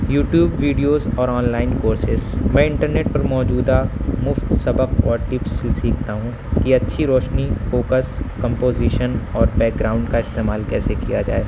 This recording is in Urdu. یوٹیوب ویڈیوز اور آن لائن کورسز میں انٹرنیٹ پر موجودہ مفت سبق اور ٹپس بھی سیکھتا ہوں کہ اچھی روشنی فوکس کمپوزیشن اور بیک گراؤنڈ کا استعمال کیسے کیا جائے